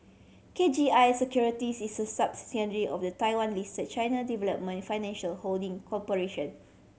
K G I Securities is a subsidiary of the Taiwan list China Development Financial Holding Corporation